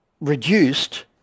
reduced